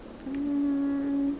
um